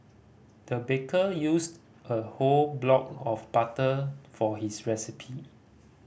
the baker used a whole block of butter for his recipe